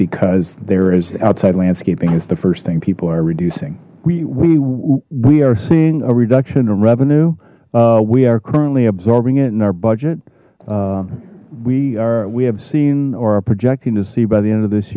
because there is outside landscaping as the first thing people are reducing we we are seeing a reduction in revenue we are currently absorbing it in our budget we are we have seen or are projecting to see by the end of this